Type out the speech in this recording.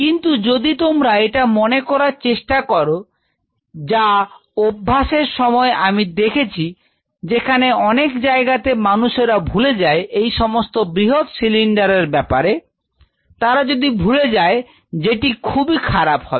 কিন্তু যদি তোমরা এটা মনে করার চেষ্টা করো যা অভ্যাস এর সময় আমি দেখেছি যেখানে অনেক জায়গাতে মানুষরা ভুলে যায় এই সমস্ত বৃহৎ সিলিন্ডার এর ব্যাপারে তারা যদি ভুলে যায় যেটি খুবই খারাপ হবে